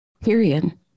Period